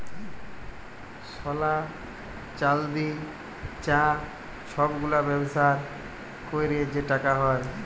সলা, চাল্দি, চাঁ ছব গুলার ব্যবসা ক্যইরে যে টাকা হ্যয়